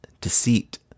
deceit